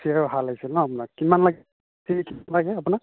খাচী আৰু হাঁহ লাগিছিল ন আপোনাক কিমান লাগিছিল কিমান লাগে আপোনাক